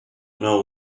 know